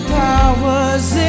powers